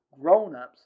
grown-ups